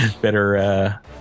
better